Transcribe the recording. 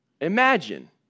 Imagine